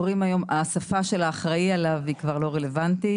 השפה של "האחראי עליו" כבר לא רלוונטית,